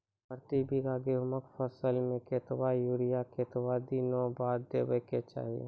प्रति बीघा गेहूँमक फसल मे कतबा यूरिया कतवा दिनऽक बाद देवाक चाही?